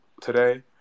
today